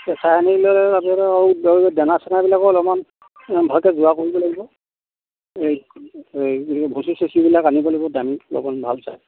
চাই আনিলে আপোনালোকে বেমাৰ চেমাৰবিলাকো অলপমান ভুচি চুচিবিলাক আনিব লাগিব দামী অকণমান ভাল চাই